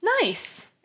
Nice